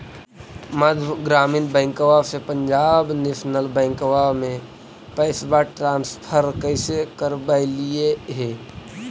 मध्य ग्रामीण बैंकवा से पंजाब नेशनल बैंकवा मे पैसवा ट्रांसफर कैसे करवैलीऐ हे?